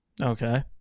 Okay